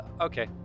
Okay